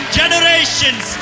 generations